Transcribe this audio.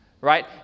right